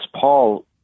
Paul